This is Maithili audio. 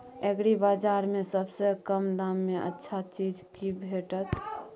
एग्रीबाजार में सबसे कम दाम में अच्छा चीज की भेटत?